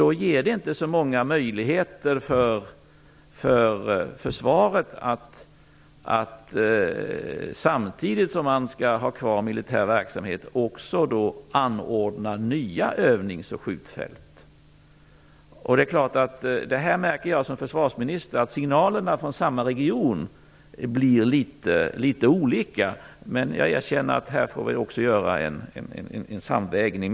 Det ger inte så många möjligheter för försvaret att samtidigt som man skall ha kvar militär verksamhet också anordna nya övnings och skjutfält. Jag märker som försvarsminister att signalerna från samma region blir litet olika. Jag erkänner att vi här får göra en samvägning.